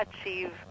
achieve